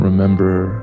Remember